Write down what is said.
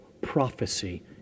prophecy